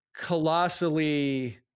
colossally